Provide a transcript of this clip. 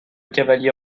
cavalier